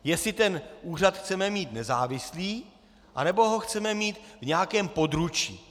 Jestli ten úřad chceme mít nezávislý, anebo ho chceme mít v nějakém područí.